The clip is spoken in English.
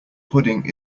pudding